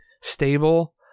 stable